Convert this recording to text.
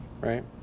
right